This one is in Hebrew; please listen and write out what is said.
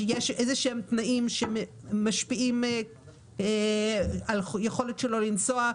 שיש תנאים שמשפיעים על היכולת שלו לנסוע,